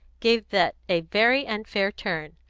gave that a very unfair turn.